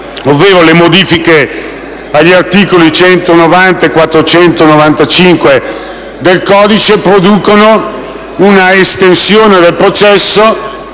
le modifiche agli articoli 190 e 495 del codice producono un'estensione del processo